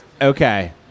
okay